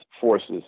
forces